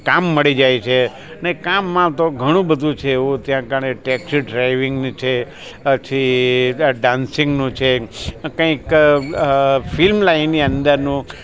કામ મળી જાય છે ને કામમાં તો ઘણું બધું છે એવું ત્યાં આગળ ટેક્સી ડ્રાઇવિંગની છે પછી ડાંસિંગનું છે કંઈક ફિલ્મ લાઈનની અંદરનું